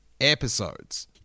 Episodes